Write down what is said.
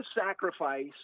sacrifice